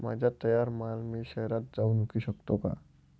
माझा तयार माल मी शहरात जाऊन विकू शकतो का?